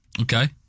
Okay